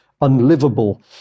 unlivable